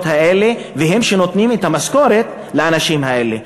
האלה והן שנותנות את המשכורת לאנשים האלה.